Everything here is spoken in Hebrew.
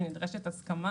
שנדרשת הסכמה